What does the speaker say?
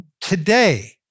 Today